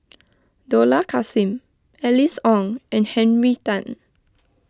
Dollah Kassim Alice Ong and Henry Tan